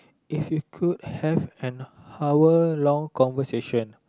if you could have an hour long conversation